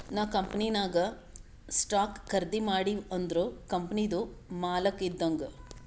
ನಾವ್ ಕಂಪನಿನಾಗ್ ಸ್ಟಾಕ್ ಖರ್ದಿ ಮಾಡಿವ್ ಅಂದುರ್ ಕಂಪನಿದು ಮಾಲಕ್ ಇದ್ದಂಗ್